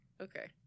Okay